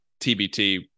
TBT